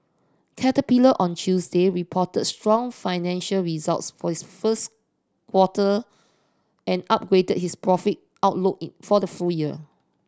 caterpillar on Tuesday reported strong financial results for its first quarter and upgraded its profit outlook for the full year